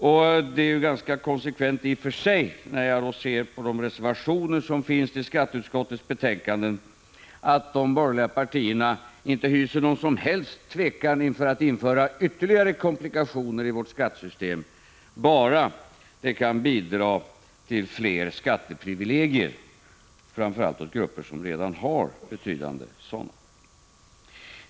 Det är ganska konsekvent i och för sig, att döma av de reservationer som finns till skatteutskottets betänkanden, att de borgerliga partierna inte hyser någon som helst tvekan inför att införa ytterligare komplikationer i vårt skattesystem, bara det kan bidra till fler skatteprivilegier, framför allt för grupper som redan har betydande sådana.